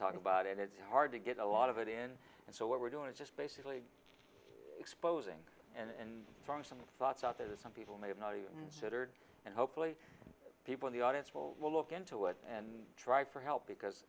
talk about it is hard to get a lot of it in and so what we're doing is just basically exposing and from some thoughts out there that some people may have value and hopefully people in the audience will will look into it and tried for help because